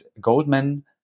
Goldman